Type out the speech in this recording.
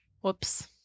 Whoops